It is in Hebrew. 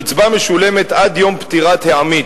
קצבה משולמת עד יום פטירת העמית,